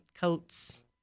coats